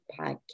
podcast